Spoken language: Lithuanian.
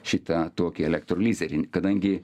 šitą tokią elektrolizerį kadangi